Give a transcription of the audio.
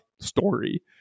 story